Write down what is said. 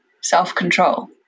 self-control